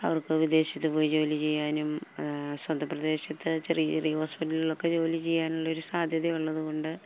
അവർക്ക് വിദേശത്ത് പോയി ജോലി ചെയ്യാനും സ്വന്തം പ്രദേശത്ത് ചെറിയ ചെറിയ ഹോസ്പിറ്റലുകളിലൊക്കെ ജോലി ചെയ്യാനുമുള്ളൊരു സാധ്യതയുള്ളത് കൊണ്ട്